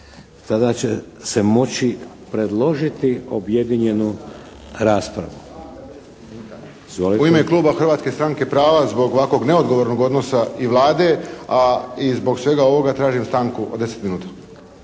stavku 3. **Kovačević, Pero (HSP)** U ime kluba Hrvatske stranke prava zbog ovakvog neodgovornog odnosa i Vlade, a i zbog svega ovoga tražim stanku od 10 minuta.